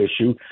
issue